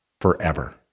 Forever